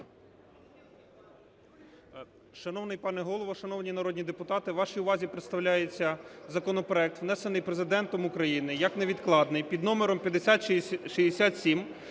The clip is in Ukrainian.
Шановний пане Голово, шановні народні депутати, вашій увазі представляється законопроект, внесений Президентом України як невідкладний, під номером 5067